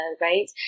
right